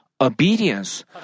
Obedience